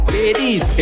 Ladies